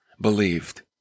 believed